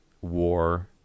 war